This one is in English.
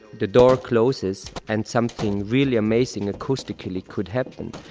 the door closes and something really amazing acoustically could happen.